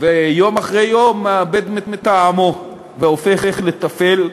ויום אחרי יום, מאבד מטעמו והופך לתפל.